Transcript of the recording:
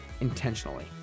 intentionally